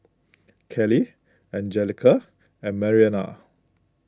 Kelley Angelica and Mariana